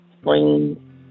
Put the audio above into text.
spring